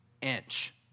inch